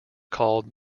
called